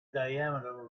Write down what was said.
diameter